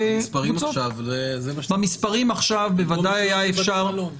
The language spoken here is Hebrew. במספרים עכשיו זה מה שצריך במקום לשלוח לבתי מלון.